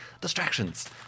Distractions